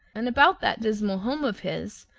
and about that dismal home of his,